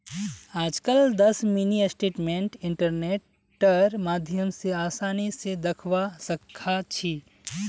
आजकल दस mini statement इन्टरनेटेर माध्यम स आसानी स दखवा सखा छी